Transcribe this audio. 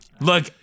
Look